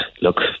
Look